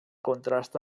contrast